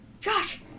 Josh